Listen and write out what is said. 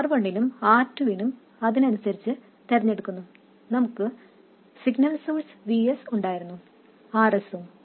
R1 ഉം R2 ഉം അതിനനുസരിച്ച് തിരഞ്ഞെടുക്കുന്നു നമുക്ക് സിഗ്നൽ സോഴ്സ് Vs ഉണ്ടായിരുന്നു Rs ഉം